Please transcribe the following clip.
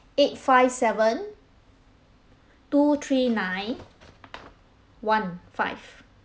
eight five seven two three nine one five